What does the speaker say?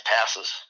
passes